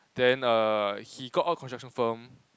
then err he got out construction firm